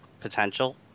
potential